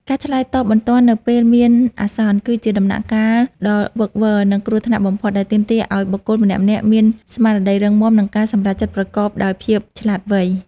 ការឆ្លើយតបបន្ទាន់នៅពេលមានអាសន្ន គឺជាដំណាក់កាលដ៏វីកវរ និងគ្រោះថ្នាក់បំផុត ដែលទាមទារឱ្យបុគ្គលម្នាក់ៗមានស្មារតីរឹងមាំ និងការសម្រេចចិត្តប្រកបដោយភាពឆ្លាតវៃ។